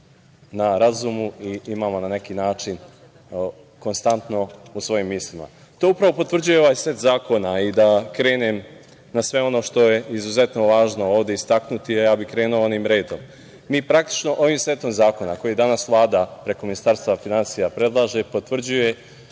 na razumu i imamo na neki način konstanto u svojim mislima. To upravo potvrđuje i ovaj set zakona. Da krenem na sve ono što je izuzetno važno ovde istaknuti. Ja bih krenuo ovim redom. Mi praktično ovim setom zakona, koji danas Vlada preko Ministarstva finansija predlaže i potvrđuje